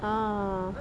ah